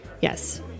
Yes